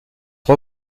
aux